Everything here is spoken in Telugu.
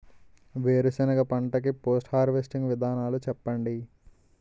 వేరుసెనగ పంట కి పోస్ట్ హార్వెస్టింగ్ విధానాలు చెప్పండీ?